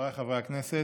חבריי חברי הכנסת,